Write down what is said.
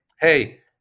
hey